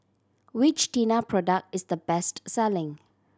which Tena product is the best selling